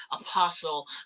Apostle